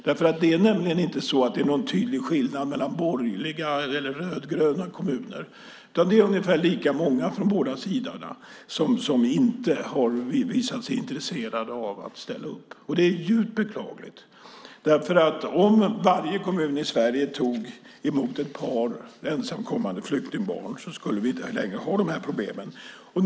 Det är nämligen inte så att det är någon tydlig skillnad mellan borgerliga och rödgröna kommuner, utan det är ungefär lika många från båda sidorna som inte har visat sig intresserade av att ställa upp, och det är djupt beklagligt. Om varje kommun i Sverige tog emot ett par ensamkommande flyktingbarn skulle vi inte längre ha de här problemen.